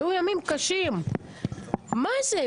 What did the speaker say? היו ימים קשים אבל מה זה?